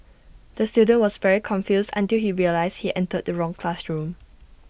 the student was very confused until he realised he entered the wrong classroom